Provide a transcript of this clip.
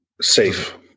Safe